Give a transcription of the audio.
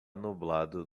nublado